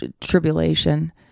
tribulation